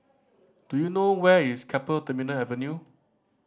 do you know where is Keppel Terminal Avenue